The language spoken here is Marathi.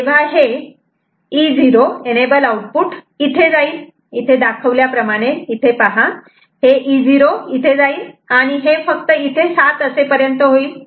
तेव्हा हे EO इथे जाईल आणि हे फक्त इथे 7 असेपर्यंत होईल